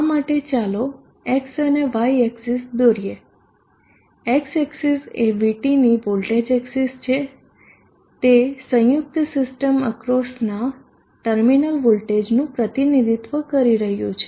આ માટે ચાલો x અને y એક્સીસ દોરીએ x એક્સીસ એ VT ની વોલ્ટેજ એક્સીસ છે તે સંયુક્ત સિસ્ટમ અક્રોસના ટર્મિનલ વોલ્ટેજનું પ્રતિનિધિત્વ કરી રહ્યું છે